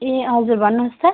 ए हजुर भन्नुहोस् त